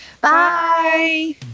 bye